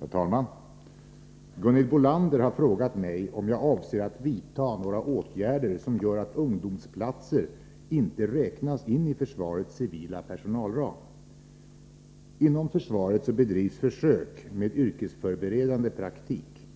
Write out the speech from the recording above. Herr talman! Gunhild Bolander har frågat mig om jag avser att vidta några åtgärder som gör att ungdomsplatser inte räknas in i försvarets civila personalram. Inom försvaret bedrivs försök med yrkesförberedande praktik.